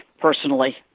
personally